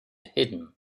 hidden